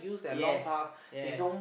yes yes